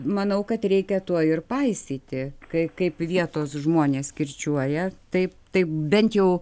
manau kad reikia tuo ir paisyti kai kaip vietos žmonės kirčiuoja taip taip bent jau